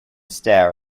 stare